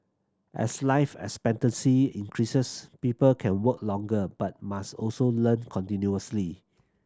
as life expectancy increases people can work longer but must also learn continuously